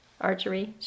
archery